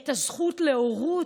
לתת לכולם את הזכות להורות,